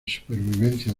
supervivencia